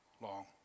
long